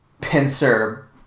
pincer